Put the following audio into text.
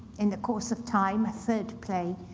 in the course of time, a third play,